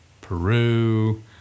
Peru